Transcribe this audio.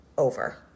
over